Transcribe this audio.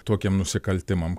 tokiem nusikaltimam